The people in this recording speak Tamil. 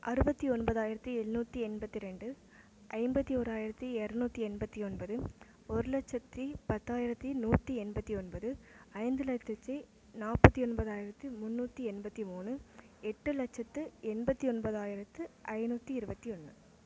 அறுபத்தி ஒன்பதாயிரத்து எண்ணுாற்றி எண்பத்து ரெண்டு ஐம்பத்து ஓராயிரத்து இரநூத்தி எண்பத்து ஒன்பது ஒரு லட்சத்து பத்தாயிரத்து நூற்றி எண்பத்து ஒன்பது ஐந்து லட்சத்து நாற்பத்து ஒன்பதாயிரத்து முன்னூற்றி எண்பத்து மூணு எட்டு லட்சத்து எண்பத்து ஒன்பதாயிரத்து ஐநூற்றி இருபத்தி ஒன்று